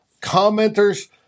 commenters